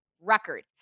record